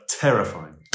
terrifying